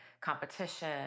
competition